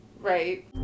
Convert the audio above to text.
Right